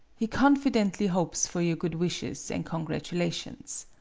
he confidently hopes for your good wishes and congratu lations.